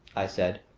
i said.